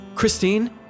Christine